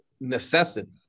necessity